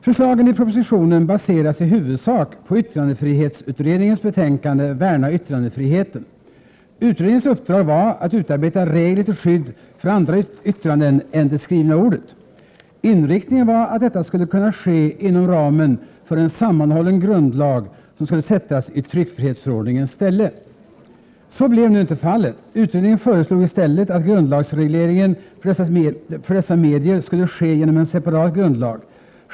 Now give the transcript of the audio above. Förslagen i propositionen baseras i huvudsak på yttrandefrihetsutredningens betänkande Värna yttrandefriheten. Utredningens uppdrag var att utarbeta regler till skydd för andra yttranden än det skrivna ordet. Inriktningen var att detta skulle kunna ske inom ramen för en sammanhållen grundlag som skulle sättas i tryckfrihetsförordningens ställe. Så blev nu inte fallet. Utredningen föreslog i stället att grundlagsregleringen för dessa medier skulle ske genom en separat grundlag.